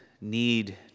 need